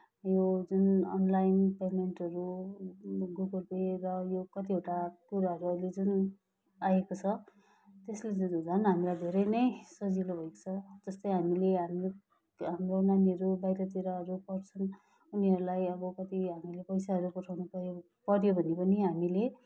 यो जुन अनलाइन पेमेन्टहरू यो गुगल पे र यो कतिवटा कुराहरू अहिले जुन आएको छ त्यसले ज झन् हामीलाई धेरै नै सजिलो भएको छ जस्तै हामीले हाम्रो हाम्रो नानीहरू बाहिरतिरहरू पढ्छन् उनीहरूलाई अब कति हामीले पैसाहरू पठाउनु पर्यो पर्यो भने पनि हामीले